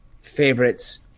favorites